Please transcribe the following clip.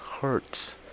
hurts